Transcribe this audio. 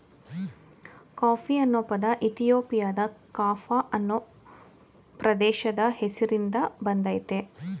coffee ಅನ್ನೊ ಪದ ಇಥಿಯೋಪಿಯಾದ ಕಾಫ ಅನ್ನೊ ಪ್ರದೇಶದ್ ಹೆಸ್ರಿನ್ದ ಬಂದಯ್ತೆ